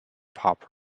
pop